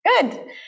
Good